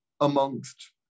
amongst